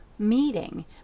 meeting